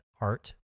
art